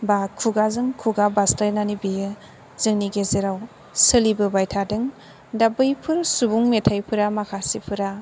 बा खुगाजों खुगा बारस्लायनानै बियो जोंनि गेजेराव सोलिबोबाय थादों दा बैफोर सुबुं मेथाइफोरा माखासेफोरा